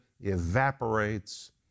evaporates